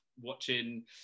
watching